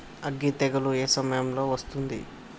అగ్గి తెగులు ఏ సమయం లో వస్తుంది?